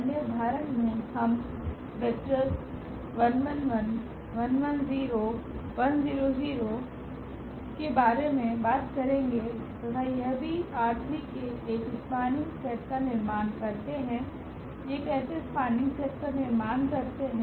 अन्य उदाहरण में हम वेक्टर्स के बारे मे बात करेगे तथा यह भी ℝ3के एक स्पनिंग सेट का निर्माण करते है यह कैसे स्पनिंग सेट का निर्माण करते हैं